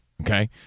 Okay